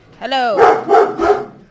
Hello